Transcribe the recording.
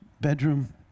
bedroom